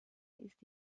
ist